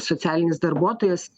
socialinis darbuotojas